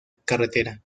carretera